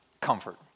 comfort